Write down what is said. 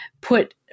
put